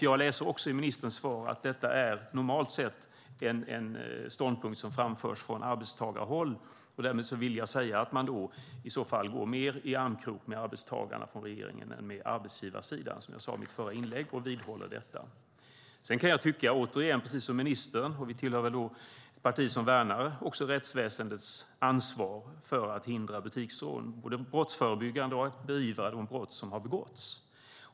Jag läser också i ministerns svar att detta normalt sett är en ståndpunkt som framförs från arbetstagarhåll. Därmed vill jag säga att man från regeringen går mer i armkrok med arbetstagarna än med arbetsgivarsidan. Jag sade det i mitt förra inlägg, och jag vidhåller detta. Jag och ministern tillhör ett parti som värnar rättsväsendets ansvar för att hindra butiksrån, att arbeta brottsförebyggande och att beivra de brott som har begåtts.